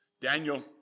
Daniel